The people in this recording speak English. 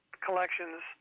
collections